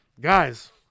guys